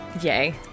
Yay